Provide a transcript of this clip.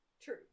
True